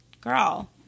girl